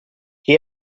che